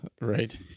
Right